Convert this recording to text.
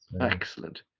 Excellent